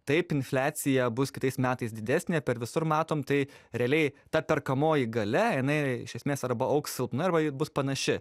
taip infliacija bus kitais metais didesnė per visur matom tai realiai ta perkamoji galia jinai iš esmės arba augs silpnai arba ji bus panaši